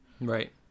Right